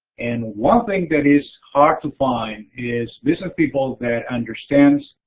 and one thing that is hard to find is business people that understand,